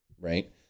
right